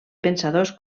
pensadors